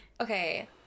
Okay